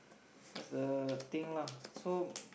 that's the thing lah so